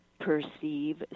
perceive